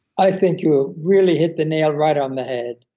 i think you really hit the nail right on the head.